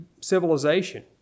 civilization